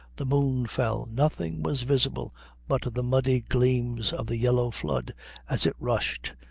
the moon fell, nothing was visible but the muddy gleams of the yellow flood as it rushed,